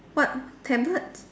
what tablet